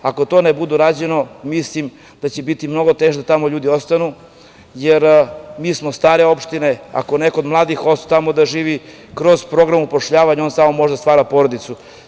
Ako to ne bude odrađeno mislim da će biti mnogo teže da tamo ljudi ostanu, jer mi smo stare opštine, ako neko od mladih ostane tamo da živi kroz program upošljavanja, on samo može da stvara porodicu.